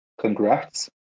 Congrats